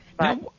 Now